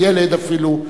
ילד אפילו,